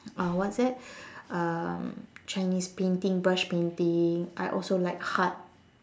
uh what's that um chinese painting brush painting I also like art